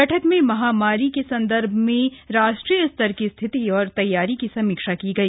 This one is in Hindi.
बैठक में महामारी के संदर्भ में राष्ट्रीय स्तर की स्थिति और तैयारी की समीक्षा की गई